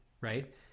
right